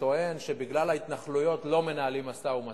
וטוען שבגלל ההתנחלויות לא מנהלים משא-ומתן,